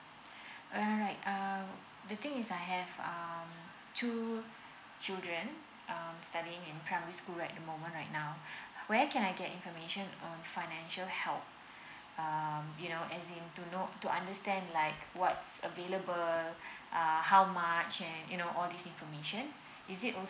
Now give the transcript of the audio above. alright uh the thing is I have um two children um studying in primary school right the moment right now where can I get information on financial help um you know as in to know to understand like what's available uh how much and you know all these information is it also